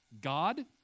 God